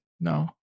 no